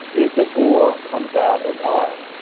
is that or comes out as are.